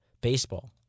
baseball